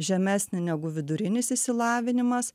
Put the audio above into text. žemesnį negu vidurinis išsilavinimas